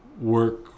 work